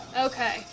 Okay